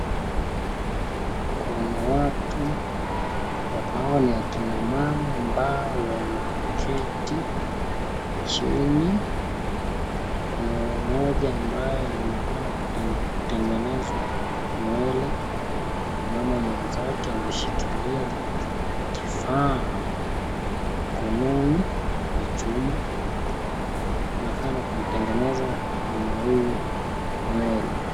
Kuna watu, watu hawa ni akina mama ambao wameketi chini. Kuna mmoja ambaye anaonekana kutengenezwa nywele na mama mwenzake ameshikilia kifaa mkononi ya chuma anaonekana kumtengeneza mama huyu nywele.